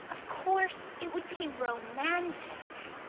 of course it would be romantic,